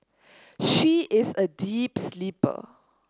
she is a deep sleeper